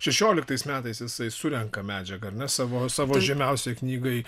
šešioliktais metais jisai surenka medžiagą ar ne savo savo žymiausiai knygai